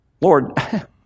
Lord